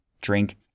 drink